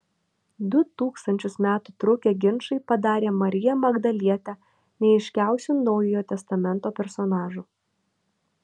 du tūkstančius metų trukę ginčai padarė mariją magdalietę neaiškiausiu naujojo testamento personažu